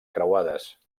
creuades